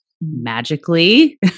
magically